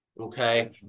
Okay